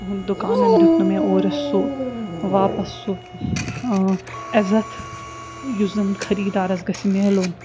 تُہُنٛد دُکانن دیُت نہٕ مےٚ اورٕ سُہ واپس سُہ عزتھ یُس زن خٔریٖدارس گَژھِ مِلُن